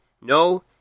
No